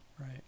Right